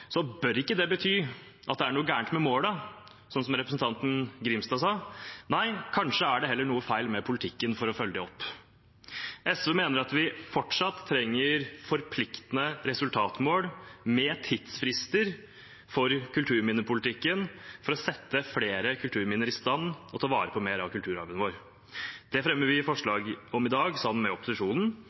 bør ikke det bety at det er noe galt med målene, som representanten Carl-Erik Grimstad sa. Nei, kanskje er det heller noe feil med politikken for å følge dem opp. SV mener at vi fortsatt trenger forpliktende resultatmål med tidsfrister for kulturminnepolitikken for å sette flere kulturminner i stand og for å ta vare på mer av kulturarven vår. Det fremmer vi forslag om, sammen med andre deler av opposisjonen, i dag.